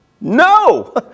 No